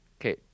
Okay